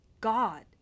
God